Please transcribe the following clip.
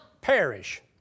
perish